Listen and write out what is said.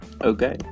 okay